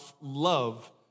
love